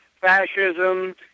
fascism